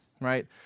right